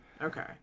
okay